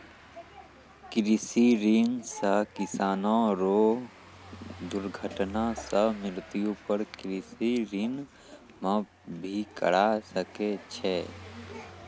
कृषि ऋण सह किसानो रो दुर्घटना सह मृत्यु पर कृषि ऋण माप भी करा सकै छै